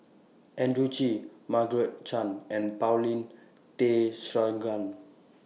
Andrew Chew Margaret Chan and Paulin Tay Straughan